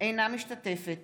אינה משתתפת